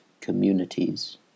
communities